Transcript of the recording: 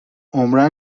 عمرا